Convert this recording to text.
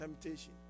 temptation